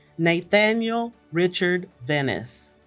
nathaniel richard venis